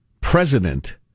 President